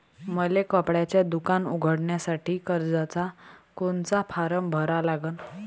मले कपड्याच दुकान उघडासाठी कर्जाचा कोनचा फारम भरा लागन?